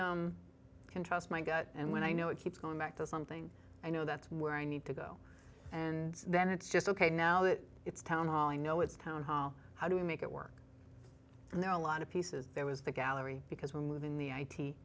can trust my gut and when i know it keeps going back to something i know that's where i need to go and then it's just ok now that it's town hall i know it's town hall how do we make it work and there are a lot of pieces there was the gallery because we're moving the i